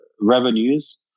revenues